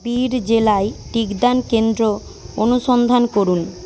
বিড় জেলায় টিকাদান কেন্দ্র অনুসন্ধান করুন